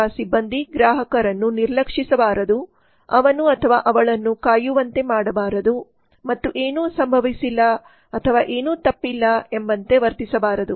ಸೇವಾ ಸಿಬ್ಬಂದಿ ಗ್ರಾಹಕರನ್ನು ನಿರ್ಲಕ್ಷಿಸಬಾರದು ಅವನ ಅವಳನ್ನು ಕಾಯುವಂತೆ ಮಾಡಬಾರದು ಮತ್ತು ಏನೂ ಸಂಭವಿಸಿಲ್ಲ ಅಥವಾ ಏನೂ ತಪ್ಪಿಲ್ಲ ಎಂಬಂತೆ ವರ್ತಿಸಬಾರದು